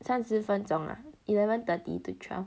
三十分钟 ah eleven thirty to twelve